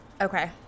Okay